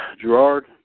Gerard